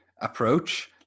approach